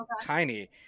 tiny